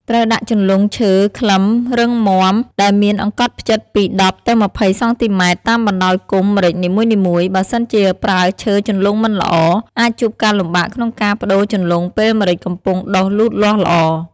ត្រូវដាក់ជន្លង់ឈើខ្លឹមរឹងមាំ ដែលមានអង្កត់ផ្ចិតពី ១០ទៅ២០សង់ទីម៉ែត្រ តាមបណ្តាយគុម្ពម្រេចនីមួយៗ បើសិនជាប្រើឈើជន្លង់មិនល្អ អាចជួបការលំបាកក្នុងការប្តូរជន្លង់ពេលម្រេចកំពុងដុះលូតលាស់ល្អ។